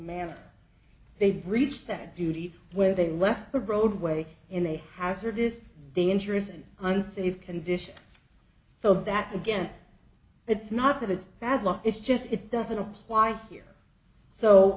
manner they breached that duty when they left the roadway in a hazardous dangerous and unsafe condition so that again it's not that it's bad luck it's just it doesn't apply here so